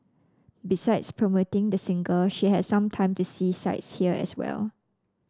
besides promoting the single she had some time to see sights here as well